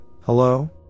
hello